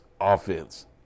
offense